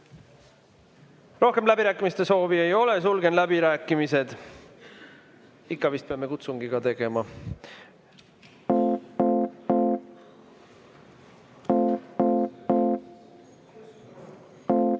Rohkem läbirääkimiste soovi ei ole. Sulgen läbirääkimised. Ikka vist peame kutsungi ka tegema. Head